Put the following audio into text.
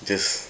just